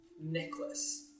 necklace